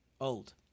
old